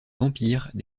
vampires